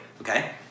okay